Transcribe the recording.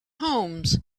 homes